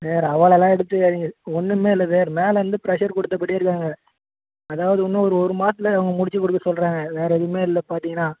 வேறு அவ்வளோவெல்லாம் எடுத்துக்காதீங்க ஒன்றுமே இல்லை சார் மேலிருந்து ப்ரெஷ்ஷர் கொடுத்தபடியே இருக்காங்க அதாவது இன்னும் ஒரு ஒரு மாதத்துல அவங்க முடித்து கொடுக்க சொல்கிறாங்க வேறு எதுவுமே இல்லை பார்த்தீங்கன்னா